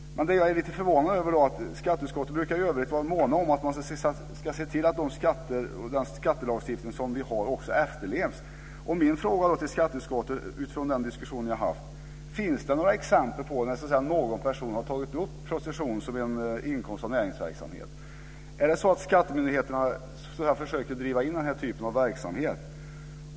Skatteutskottet brukar ju i övrigt brukar vara måna om att se till att den skattelagstiftning som vi har efterlevs. Min fråga till skatteutskottet blir utifrån den här diskussionen: Finns det några exempel på att någon person har tagit upp prostitution som en inkomst av näringsverksamhet? Är det så att skattemyndigheterna försöker att ringa in den här typen av verksamhet?